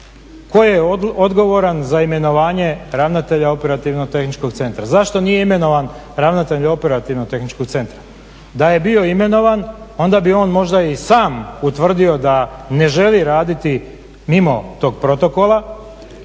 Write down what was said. tko je odgovoran za imenovanje ravnatelja operativnog tehničkog centra? Zašto nije imenovan ravnatelj operativnog tehničkog centra? Da je bio imenovan onda bi on možda i sam utvrdio da ne želi raditi mimo tog protokola,